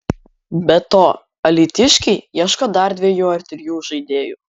be to alytiškiai ieško dar dviejų ar trijų žaidėjų